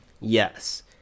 Yes